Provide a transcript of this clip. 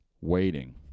waiting